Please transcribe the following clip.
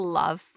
love